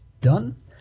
done